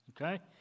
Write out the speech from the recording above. Okay